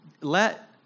let